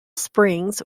springs